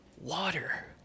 water